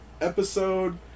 episode